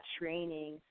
training